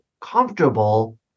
comfortable